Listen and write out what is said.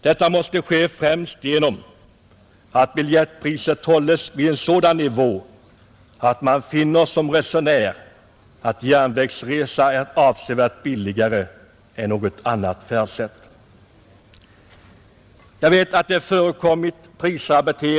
Detta måste ske främst genom att biljettpriset hålles vid en sådan nivå att man som resenär finner att järnvägsresa är avsevärt billigare än något annat färdsätt.